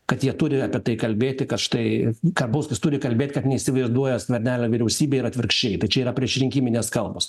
kad jie turi apie tai kalbėti kad štai karbauskis turi kalbėt kad neįsivaizduoja skvernelio vyriausybėj ir atvirkščiai tai čia yra priešrinkiminės kalbos